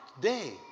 day